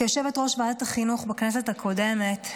כיושבת-ראש ועדת החינוך בכנסת הקודמת,